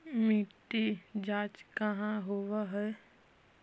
मिट्टी जाँच कहाँ होव है?